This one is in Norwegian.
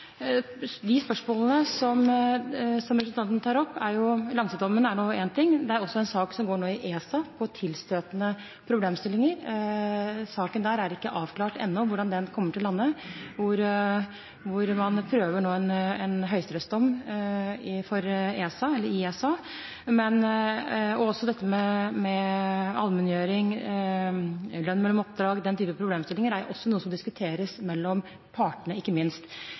en sak som nå pågår i ESA, om tilstøtende problemstillinger – det er ikke avklart ennå hvordan den saken kommer til å lande – hvor man prøver en høyesterettsdom i ESA. Også dette med allmenngjøring, lønn mellom oppdrag og den typen problemstillinger er noe som diskuteres mellom partene, ikke minst.